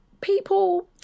people